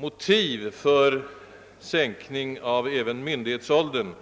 Motiv för en sänkning även av myndighetsåldern